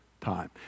time